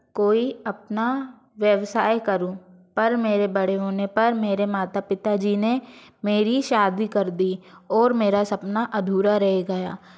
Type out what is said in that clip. कोई अपना व्यवसाय करूँ पर मेरे बड़े होने पर मेरे माता पिता जी ने मेरी शादी कर दी और मेरा सपना अधूरा रह गया